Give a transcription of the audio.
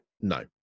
No